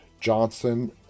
johnson